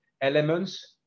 elements